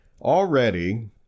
Already